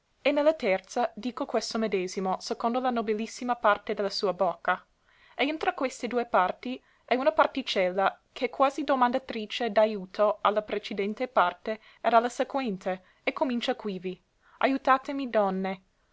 e ne la terza dico questo medesimo secondo la nobilissima parte de la sua bocca e intra queste due parti è una particella ch'è quasi domandatrice d'aiuto a la precedente parte ed a la sequente e comincia quivi aiutatemi donne